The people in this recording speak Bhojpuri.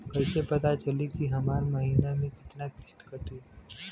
कईसे पता चली की हमार महीना में कितना किस्त कटी?